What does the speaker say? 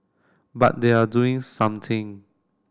but they are doing something